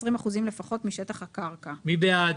מי בעד?